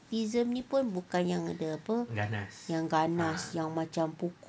autism ni pun bukan yang ada apa yang ganas yang pukul